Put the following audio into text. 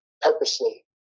purposely